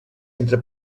entre